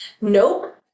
nope